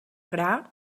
gra